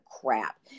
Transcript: crap